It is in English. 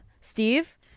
Steve